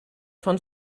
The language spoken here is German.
von